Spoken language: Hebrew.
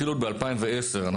התחילו ב-2010,